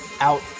out